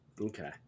Okay